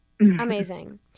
Amazing